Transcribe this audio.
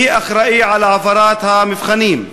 מי אחראי להעברת המבחנים?